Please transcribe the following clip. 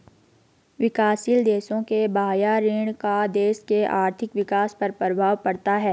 विकासशील देशों के बाह्य ऋण का देश के आर्थिक विकास पर प्रभाव पड़ता है